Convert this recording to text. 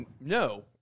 No